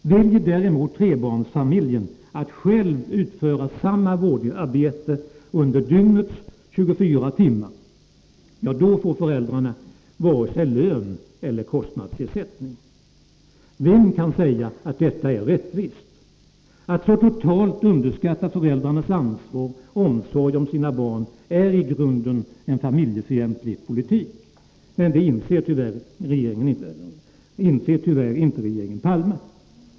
Väljer däremot trebarnsfamiljen att själv utföra samma vårdarbete under dygnets 24 timmar får föräldrarna varken lön eller kostnadsersättning. Vem kan säga att detta är rättvist? Att så totalt underskatta föräldrarnas ansvar och omsorg om sina barn är en i grunden familjefientlig politik. Det inser tyvärr inte regeringen Palme.